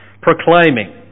proclaiming